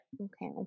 Okay